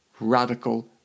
radical